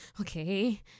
Okay